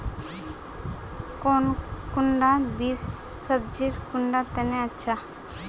कौन कुंडा बीस सब्जिर कुंडा तने अच्छा?